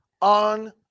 on